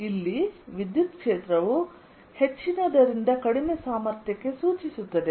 ಇಲ್ಲಿ ವಿದ್ಯುತ್ ಕ್ಷೇತ್ರವು ಹೆಚ್ಚಿನದರಿಂದ ಕಡಿಮೆ ಸಾಮರ್ಥ್ಯಕ್ಕೆ ಸೂಚಿಸುತ್ತದೆ